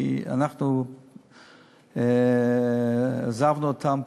כי אנחנו עזבנו אותם,